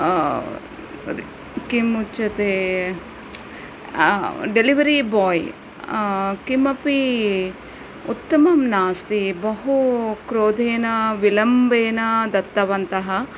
किमुच्यते delivery boy किमपि उत्तमं नास्ति बहु क्रोधेन विलम्बेन दत्तवन्तः